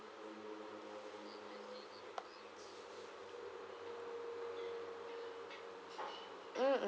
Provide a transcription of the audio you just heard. mm